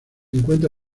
encuentra